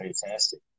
fantastic